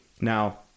Now